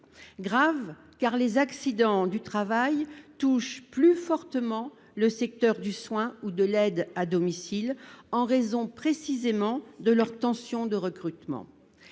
grave, car les accidents du travail touchent plus fortement les secteurs du soin et de l'aide à domicile, en raison précisément de leurs tensions de recrutement.